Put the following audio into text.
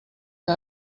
que